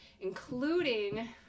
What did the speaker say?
including